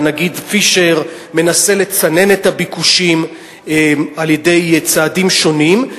והנגיד פישר מנסה לצנן את הביקושים על-ידי צעדים שונים,